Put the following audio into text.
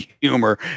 humor